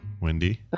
Wendy